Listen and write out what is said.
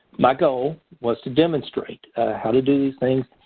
my goal was to demonstrate how to do these things,